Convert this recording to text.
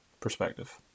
perspective